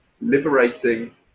liberating